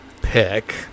pick